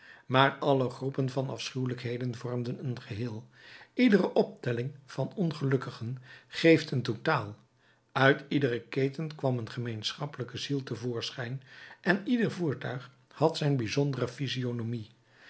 maar alle groepen van afschuwelijkheden vormen een geheel iedere optelling van ongelukkigen geeft een totaal uit iedere keten kwam een gemeenschappelijke ziel te voorschijn en ieder voertuig had zijn bijzondere physionomie